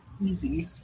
Easy